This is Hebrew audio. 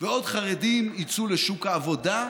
ועוד חרדים יצאו לשוק העובדה,